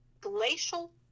glacial